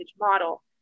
model